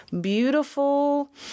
beautiful